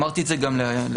ואמרתי את זה גם לאלונה,